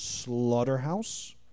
Slaughterhouse